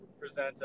present